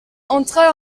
entra